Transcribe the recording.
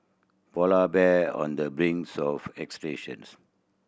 polar bear on the brink of extinction